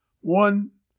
One